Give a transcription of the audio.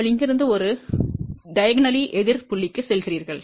நீங்கள் இங்கிருந்து ஒரு குறுக்காக எதிர் புள்ளிக்கு செல்கிறீர்கள்